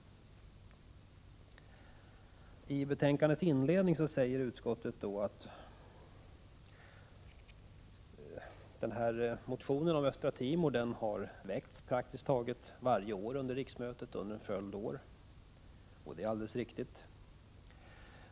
I betänkandets inledning skriver utskottet att motioner om Östra Timor har väckts praktiskt taget under varje riksmöte under en följd av år. Det är alldeles riktigt.